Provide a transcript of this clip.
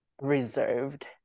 reserved